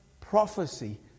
prophecy